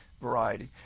variety